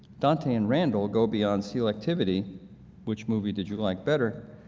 dante and randall go beyond selectivity which movie did you like better?